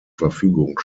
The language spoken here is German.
verfügung